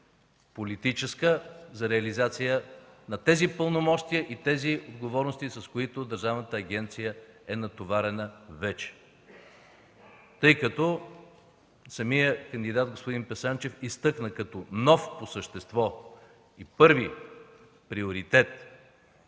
политическа воля за реализация на тези пълномощия и тези отговорности, с които държавната агенция е натоварена вече, тъй като самият кандидат господин Писанчев изтъкна като нов по същество и първи приоритет